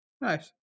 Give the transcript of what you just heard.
Nice